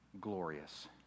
Glorious